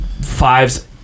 Five's